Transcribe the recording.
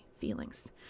feelings